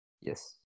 Yes